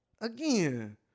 again